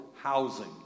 housing